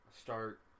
start